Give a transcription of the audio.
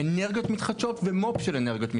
אנרגיות מתחדשות ומו"פ של אנרגיות מתחדשות.